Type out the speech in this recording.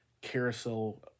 carousel